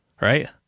right